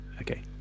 Okay